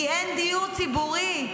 כי אין דיור ציבורי.